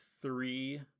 three